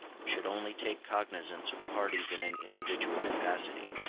should only take cognizance of parties in an individual capacity.